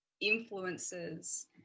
influences